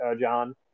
John